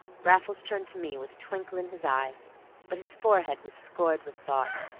raffles turned to me with a twinkle in his eye but his forehead was scored with thought,